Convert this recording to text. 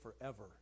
forever